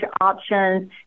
options